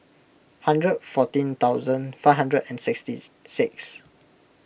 hundred fourteen thousand five hundred and sixty six